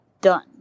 done